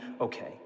okay